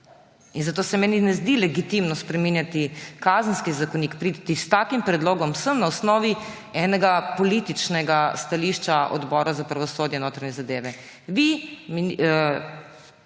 Zato se meni ne zdi legitimno spreminjati Kazenskega zakonika, priti s takim predlogom sem na osnovi enega političnega stališča odbora za pravosodje in odbora za